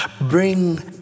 Bring